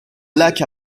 lac